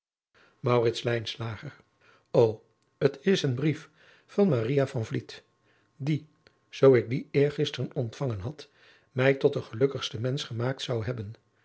t is een brief van maria van vliet die zoo ik dien eergisteren ontvangen had mij tot den gelukkigsten mensch gemaakt zou hebben